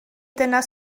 dyna